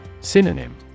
Synonym